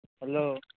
hello